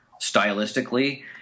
stylistically